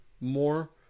more